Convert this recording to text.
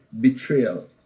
betrayal